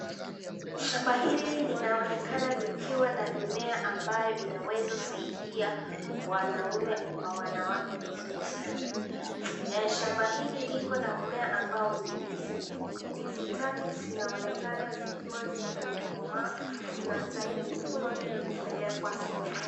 Shamba hili linaonekana likiwa na mimea ambayo inaweza saidia wanaume kwa wanawake vizuri sana, shamba hili liko na mimea ambao ni ndizi, ndizi tatu zinaonekana zikiwa zimekomaa zina stahili kuvunwa hili kupelewa soko.